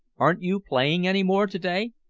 aren't you playing any more to-day?